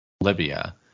Libya